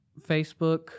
Facebook